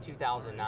2009